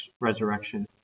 resurrection